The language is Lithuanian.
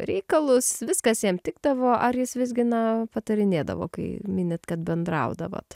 reikalus viskas jam tikdavo ar jis visgi na patarinėdavo kai minit kad bendraudavot